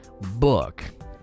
book